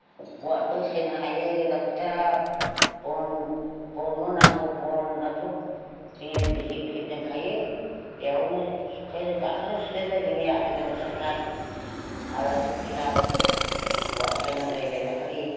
अरबो सायनो हायो गोजां बोथोराव बन बनल' नांगौ बनआथ' बिहिब बिहिब दोनखायो बेयावनो सुखायो दाखालिनो सुजेनबाय जोंनि गोजां बोथोरखाय आलासि फैब्ला अर सायनांलायबाय दाखालि